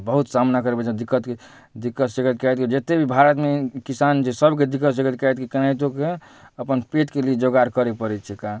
बहुत सामना करऽ पड़ै छै दिक्कतके दिक्कत सिक्कत काटिकऽ जतेक भी भारतमे किसान जे सभके दिक्कत सिक्कत काटिकऽ केनाहितोकऽ अपन पेटके लिए जोगार करऽ पड़ै छै काम